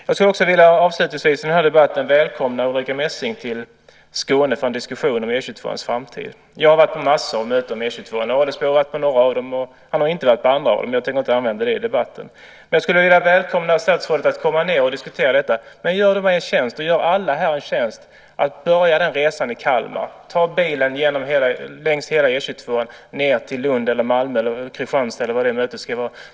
Jag skulle avslutningsvis i debatten också vilja välkomna Ulrica Messing till Skåne för en diskussion om E 22:ans framtid. Jag har varit på massor av möten om E 22:an. Adelsbo har varit på några av dem, och han har inte varit på andra. Jag tänker inte använda det i debatten. Men jag skulle vilja välkomna statsrådet att komma ned och diskutera detta. Men gör då alla här en tjänst och börja resan i Kalmar. Ta bilen längs hela E 22:an, ned till Lund, Malmö eller Kristianstad, beroende på var mötet ska vara.